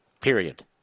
Period